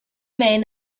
men